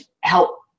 help